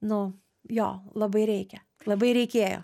nu jo labai reikia labai reikėjo